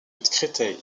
créteil